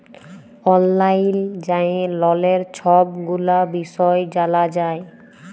অললাইল যাঁয়ে ললের ছব গুলা বিষয় জালা যায়